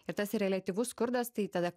ir tas reliatyvus skurdas tai tada